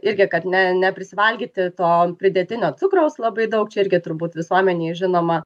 irgi kad ne neprisivalgyti to pridėtinio cukraus labai daug čia irgi turbūt visuomenėj žinoma